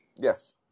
Yes